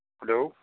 hello